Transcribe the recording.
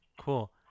Cool